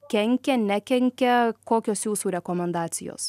kenkia nekenkia kokios jūsų rekomendacijos